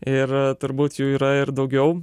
ir turbūt jų yra ir daugiau